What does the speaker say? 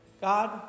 God